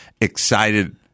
excited